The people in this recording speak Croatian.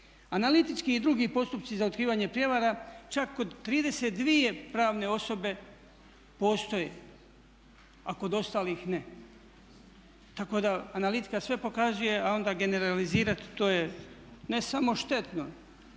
Analitički i drugi postupci za otkrivanje prijevara čak kod 32 pravne osobe postoje, a kod ostalih ne, tako da analitika sve pokazuje, a onda generalizirati to je ne samo štetno,